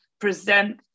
present